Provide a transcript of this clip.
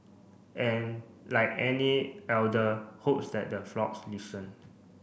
and like any elder hopes that the flocks listen